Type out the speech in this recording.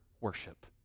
worship